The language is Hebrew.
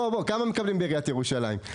בוא, כמה מקבלים בעיריית ירושלים?